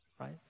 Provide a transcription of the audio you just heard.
right